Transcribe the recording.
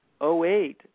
08